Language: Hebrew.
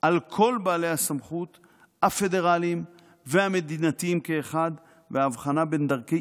על כל בעלי הסמכות הפדרליים והמדינתיים כאחד וההבחנה בין דרכי